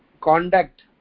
conduct